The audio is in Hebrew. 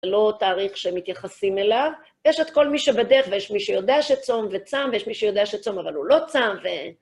זה לא תאריך שמתייחסים אליו. יש את כל מי שבדרך, ויש מי שיודע שצום וצם, ויש מי שיודע שצום אבל הוא לא צם, ו...